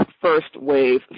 first-wave